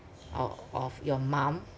o~ of your mum